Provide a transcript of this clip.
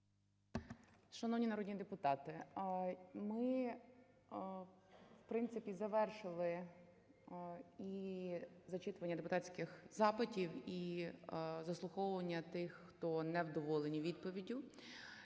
Шановні народні депутати, ми, в принципі, завершили і зачитування депутатських запитів, і заслуховування тих, хто не вдоволений відповіддю.